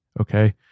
okay